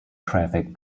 traffic